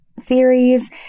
theories